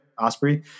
Osprey